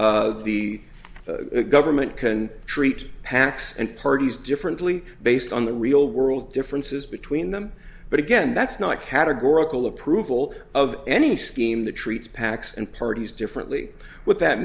that the government can treat packs and parties differently based on the real world differences between them but again that's not categorical approval of any scheme that treats pacs and parties differently what that